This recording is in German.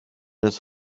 ist